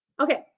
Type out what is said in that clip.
Okay